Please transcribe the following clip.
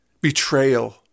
betrayal